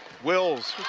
wills,